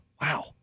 Wow